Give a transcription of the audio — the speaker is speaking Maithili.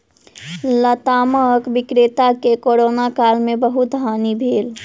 लतामक विक्रेता के कोरोना काल में बहुत हानि भेल